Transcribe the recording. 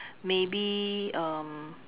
maybe um